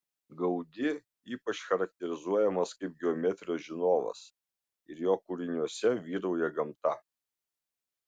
gaudi ypač charakterizuojamas kaip geometrijos žinovas ir jo kūriniuose vyrauja gamta